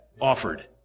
offered